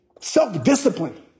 self-discipline